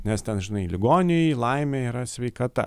nes ten žinai ligoniui laimė yra sveikata